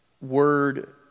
word